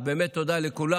אז באמת תודה לכולם.